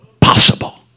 possible